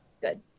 good